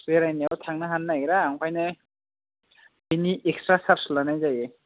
बेरायनायाव थांनो हानो नागिरा ओंखायनो बिनि एक्सट्रा चार्ज लानाय जायो